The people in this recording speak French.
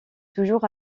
toujours